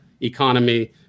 economy